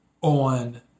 on